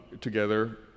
together